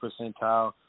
percentile